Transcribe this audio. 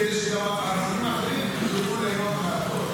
כדי שגם החולים האחרים יוכלו ליהנות מהפטור הזה.